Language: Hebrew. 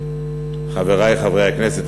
חברי חברי הכנסת,